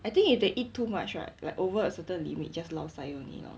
I think if they eat too much right like over a certain limit just lao sai only lor